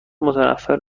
متنفر